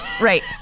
Right